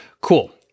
cool